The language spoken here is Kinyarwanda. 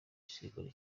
igisirikare